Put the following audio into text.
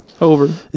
Over